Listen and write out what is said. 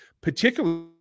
particularly